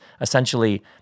essentially